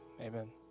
amen